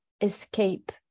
escape